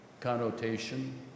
connotation